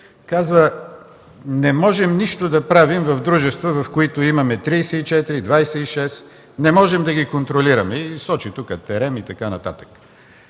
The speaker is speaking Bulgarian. казва: „Не можем нищо да правим в дружества, в които имаме 34 и 26 процента, не можем да ги контролираме” – сочи „Терем” и така нататък.